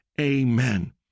Amen